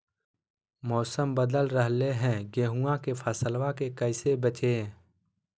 मौसम बदल रहलै है गेहूँआ के फसलबा के कैसे बचैये?